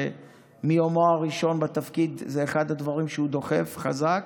שמיומו הראשון בתפקיד זה אחד הדברים שהוא דוחף חזק.